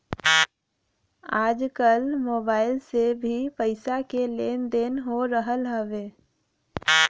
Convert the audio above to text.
आजकल मोबाइल से भी पईसा के लेन देन हो रहल हवे